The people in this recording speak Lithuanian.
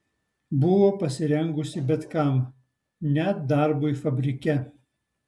buvo pasirengusi bet kam net darbui fabrike